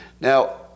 Now